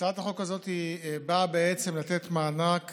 הצעת החוק הזאת באה לתת מענק